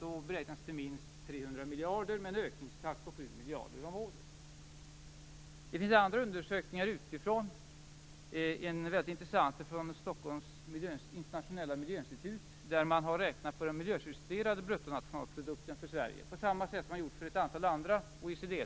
Den beräknades då till minst 300 miljarder med en ökningstakt på Det finns andra undersökningar utifrån. En undersökning som är väldigt intressant kommer från Stockholms internationella miljöinstitut. Man har räknat på den miljöjusterade bruttonationalprodukten för Sverige, på samma sätt som man har gjort för ett antal andra OECD-länder.